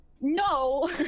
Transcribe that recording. no